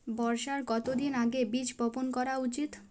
বর্ষার কতদিন আগে বীজ বপন করা উচিৎ?